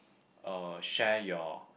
uh share your